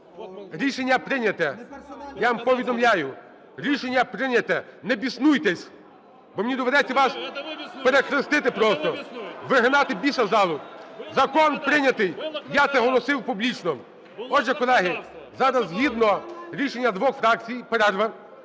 рішення прийнято. Я вам повідомляю: рішення прийнято. Не біснуйтесь! Бо мені доведеться вас перехрестити просто, вигнати біса із залу. Закон прийнятий. Я це оголосив публічно. Отже, колеги, зараз згідно рішення двох фракцій перерва.